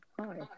Hi